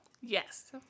Yes